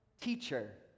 teacher